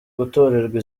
gutorerwa